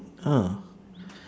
ah